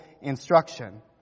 instruction